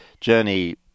journey